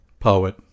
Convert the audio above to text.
poet